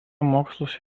mokslus